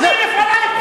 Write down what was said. אני לפנייך פה,